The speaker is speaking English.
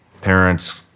parents